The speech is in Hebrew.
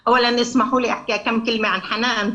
תרשו לי להגיד כמה מילים על חנאן.